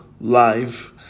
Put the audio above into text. live